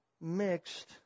mixed